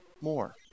more